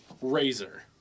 razor